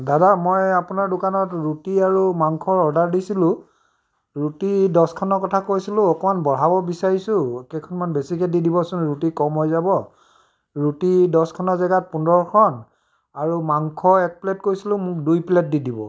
দাদা মই আপোনাৰ দোকানত ৰুটি আৰু মাংসৰ অৰ্ডাৰ দিছিলোঁ ৰুটি দচখনৰ কথা কৈছিলোঁ অকণমান বঢ়াব বিচাৰিছোঁ কেইখনমান বেছিকৈ দি দিবচোন ৰুটি কম হৈ যাব ৰুটি দচখনৰ জেগাত পোন্ধৰখন আৰু মাংস এক প্লেট কৈছিলোঁ মোক দুই প্লেট দি দিব